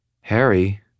Harry